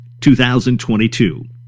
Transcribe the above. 2022